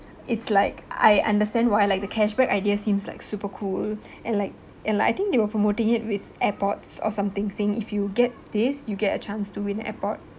it's like I understand what I like the cashback idea seems like super cool and like and like I think they were promoting it with airpods or something saying if you get this you get a chance to win airpod